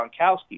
Gronkowski